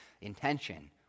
intention